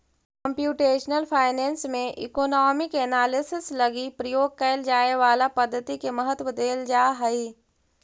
computational finance में economic analysis लगी प्रयोग कैल जाए वाला पद्धति के महत्व देल जा हई